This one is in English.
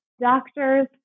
doctors